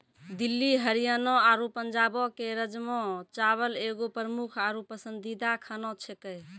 दिल्ली हरियाणा आरु पंजाबो के राजमा चावल एगो प्रमुख आरु पसंदीदा खाना छेकै